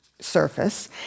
surface